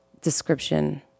description